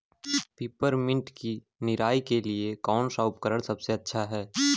Peppermint की निराई के लिए कौन सा उपकरण सबसे अच्छा है?